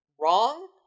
wrong